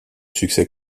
succès